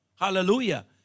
Hallelujah